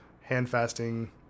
hand-fasting